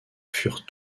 furent